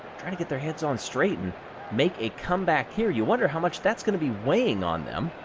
trying to get their heads on straight and make a comeback here. you wonder how much that's going to be weighing on them